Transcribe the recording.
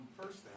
first